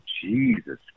Jesus